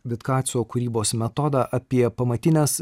vitkacio kūrybos metodą apie pamatines